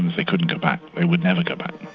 they couldn't go back, they would never go back.